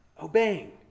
obeying